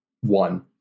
one